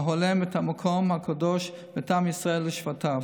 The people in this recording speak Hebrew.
ההולם את המקום הקדוש ואת עם ישראל לשבטיו.